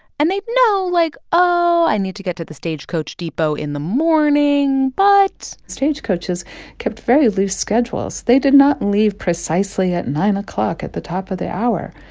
and they'd know, like, oh, i need to get to the stagecoach depot in the morning. but. stagecoaches kept very loose schedules. they did not leave precisely at nine o'clock at the top of the hour.